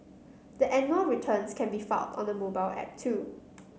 the annual returns can be filed on a mobile app too